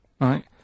Right